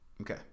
Okay